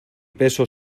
peso